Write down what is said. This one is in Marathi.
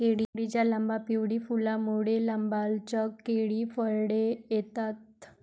केळीच्या लांब, पिवळी फुलांमुळे, लांबलचक केळी फळे येतात